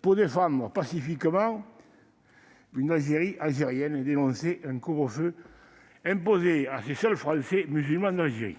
pour défendre pacifiquement une « Algérie algérienne » et dénoncer un couvre-feu imposé à ces seuls « Français musulmans d'Algérie